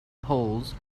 polls